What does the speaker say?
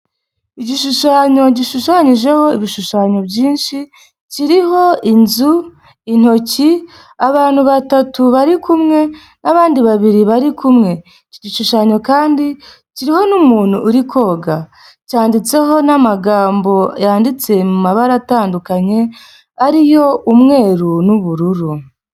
Igishushanyo gishushanyijeho ibishushanyo byinshi kiriho inzu intoki abantu batatu bari kumwe n'abandi babiri bari kumwe iki gishushanyo kandi kiriho n'umuntu uri koga cyanditseho n'amagambo yanditse mu mabara atandukanye ariyo umweru n'ubururu.